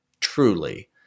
truly